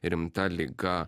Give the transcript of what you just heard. rimta liga